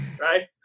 right